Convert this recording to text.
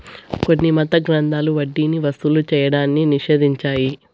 కొన్ని మత గ్రంథాలు వడ్డీని వసూలు చేయడాన్ని నిషేధించాయి